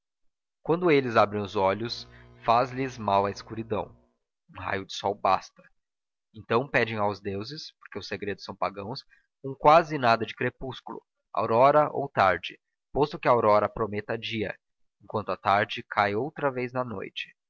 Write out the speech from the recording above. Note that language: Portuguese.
quando eles abrem os olhos faz lhes mal a escuridão um raio de sol basta então pedem aos deuses porque os segredos são pagãos um quase nada de crepúsculo aurora ou tarde posto que a aurora prometa dia enquanto a tarde cai outra vez na noite